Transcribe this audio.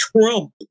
Trump